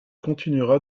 continuera